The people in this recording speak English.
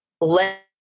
let